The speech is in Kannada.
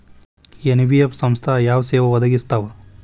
ಎನ್.ಬಿ.ಎಫ್ ಸಂಸ್ಥಾ ಯಾವ ಸೇವಾ ಒದಗಿಸ್ತಾವ?